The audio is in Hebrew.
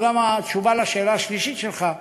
זו גם התשובה על השאלה השלישית שלך,